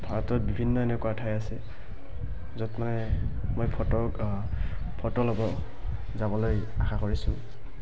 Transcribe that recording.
ভাৰতত বিভিন্ন এনেকুৱা ঠাই আছে য'ত মানে মই ফটো ফটো ল'ব যাবলৈ আশা কৰিছোঁ